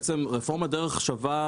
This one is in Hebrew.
הרב מקלב הזכיר קודם,